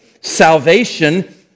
Salvation